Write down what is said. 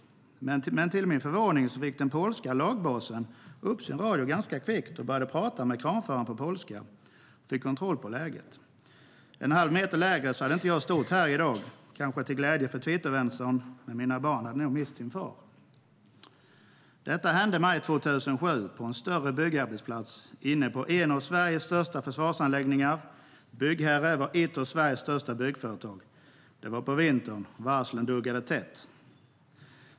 Men till min förvåning fick den polska lagbasen upp sin radio ganska kvickt, började prata med kranföraren på polska och fick kontroll på läget. Om det hade varit en halv meter lägre hade jag inte stått här i dag, kanske till glädje för Twittervänstern, men mina barn hade mist sin far. Detta hände mig 2007 på en större byggarbetsplats inne på en av Sveriges största försvarsanläggningar. Byggherre var ett av Sveriges största byggföretag. Det var på vintern, och varslen duggade tätt.